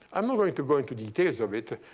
i'm not going to go into details of it.